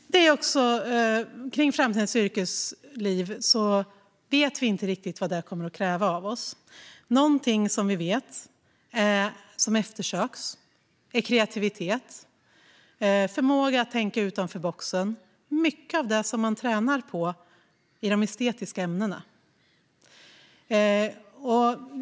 Vi vet inte riktigt vad framtidens yrkesliv kommer att kräva av oss. Någonting som vi vet kommer att eftersökas är kreativitet och förmåga att tänka utanför boxen - mycket av det som man tränar på i de estetiska ämnena.